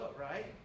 right